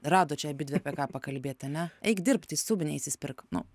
rado čia abidvi apie ką pakalbėt ane eik dirbt į subinę įsispirk nu